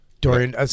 Dorian